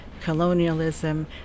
colonialism